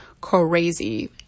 crazy